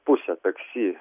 pusę taksi